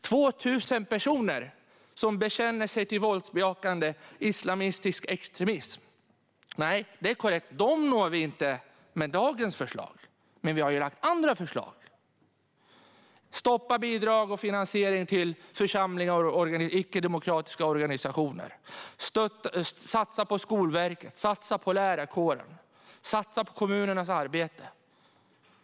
2 000 personer bekänner sig till våldsbejakande islamistisk extremism. Det är korrekt att vi inte når dem med dagens förslag, men vi har lagt fram andra förslag: att stoppa bidrag och finansiering till församlingar och icke-demokratiska organisationer och att satsa på Skolverket, lärarkåren och kommunernas arbete.